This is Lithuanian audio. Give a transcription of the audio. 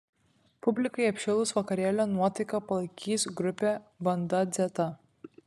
publikai apšilus vakarėlio nuotaiką palaikys grupė banda dzeta